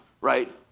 right